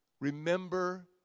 Remember